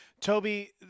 Toby